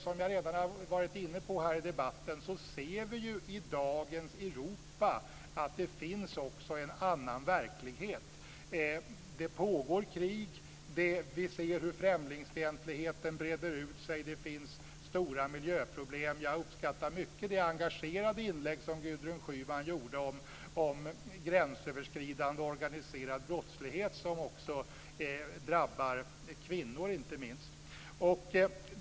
Som jag redan varit inne på i debatten ser vi i dag i Europa att det också finns en annan verklighet. Det pågår krig. Vi ser hur främlingsfientligheten breder ut sig. Det finns stora miljöproblem. Jag uppskattar mycket Gudrun Schymans inlägg om gränsöverskridande organiserad brottslighet, som drabbar inte minst kvinnor.